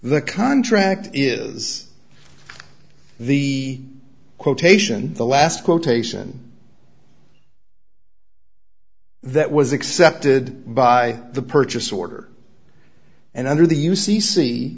the contract is the quotation the last quotation that was accepted by the purchase order and under the u